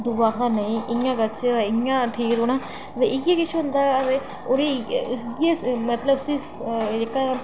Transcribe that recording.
दूआ हा नेईं इ'यां नेईं करचै इ'यां ठीक रौह्ना ते इ'यै किश होंदा ओह्दे इ'यै मतलब उसी जेह्का